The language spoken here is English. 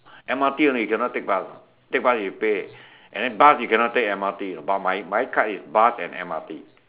M_R_T only cannot take bus take bus you pay and than bus you cannot take M_R_T but my my card is bus and M_R_T